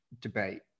debate